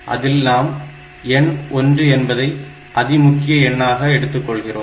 அதில் நாம் எண் 1 என்பதை அதிமுக்கிய எண்ணாக எடுத்துக் கொள்கிறோம்